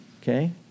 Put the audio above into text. Okay